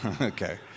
Okay